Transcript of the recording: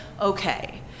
okay